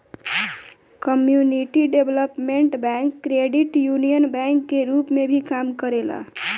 community development bank credit union bank के रूप में भी काम करेला